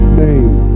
name